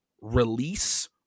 release